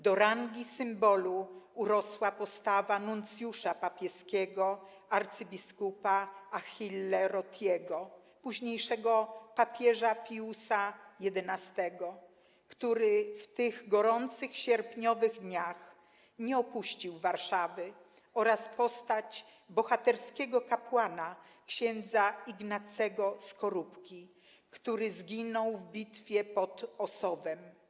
Do rangi symbolu urosła postawa nuncjusza papieskiego abp. Achille Rattiego, późniejszego papieża Piusa XI, który w tych gorących sierpniowych dniach nie opuścił Warszawy, oraz postać bohaterskiego kapłana ks. Ignacego Skorupki, który zginął w bitwie pod Ossowem.